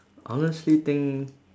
honestly think